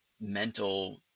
mental